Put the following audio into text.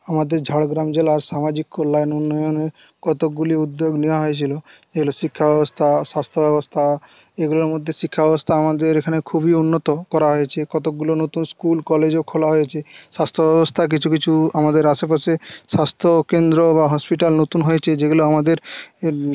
আমাদের ঝাড়গ্রাম জেলার সামাজিক কল্যাণ উন্নয়নের কতকগুলি উদ্যোগ নেওয়া হয়েছিলো যেগুলো শিক্ষা ব্যবস্থা স্বাস্থ্য ব্যবস্থা এগুলোর মধ্যে শিক্ষা ব্যবস্থা আমাদের এখানে খুবই উন্নত করা হয়েছে কতকগুলো নতুন স্কুল কলেজও খোলা হয়েছে স্বাস্থ্য ব্যবস্থা কিছু কিছু আমাদের আশেপাশে স্বাস্থ্য কেন্দ্র বা হসপিটাল নতুন হয়েছে যেগুলো আমাদের